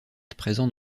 présents